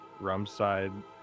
Rumside